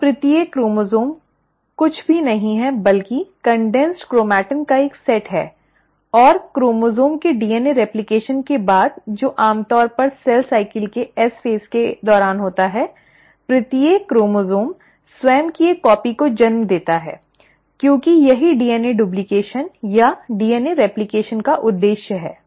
तो प्रत्येक क्रोमोसोम कुछ भी नहीं है बल्कि संघनित क्रोमैटिन का एक सेट है और क्रोमोसोम के डीएनए रेप्लकेशन के बाद जो आमतौर पर सेल चक्र के एस चरण के दौरान होता है प्रत्येक क्रोमोसोम स्वयं की एक प्रति को जन्म देता है ठीक क्योंकि यही डीएनए डूप्लकेशन या डीएनए रेप्लकेशन का उद्देश्य है